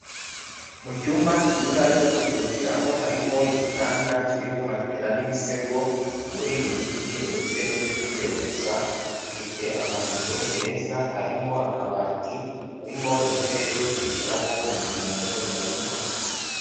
Mu cyumba kiza cyo kuruhukiramo harimo igitanda kiriho matela n'imisego, uburingiti ndetse n'ibyo kwiyorosa, gifite amarido meza, harimo akabati, harimo intebe zo kwicaraho mu gihe umuntu yabonye umushyitsi.